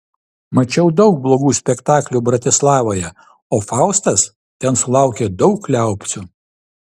mačiau daug blogų spektaklių bratislavoje o faustas ten sulaukė daug liaupsių